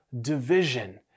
division